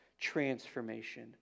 transformation